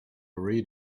read